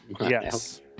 Yes